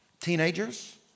Teenagers